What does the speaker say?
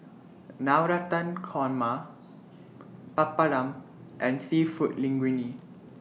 Navratan Korma Papadum and Seafood Linguine